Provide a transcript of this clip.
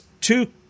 two